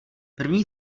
první